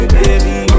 baby